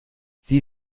sie